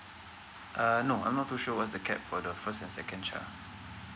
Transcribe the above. uh no I'm not too sure what's the cap for the first and second child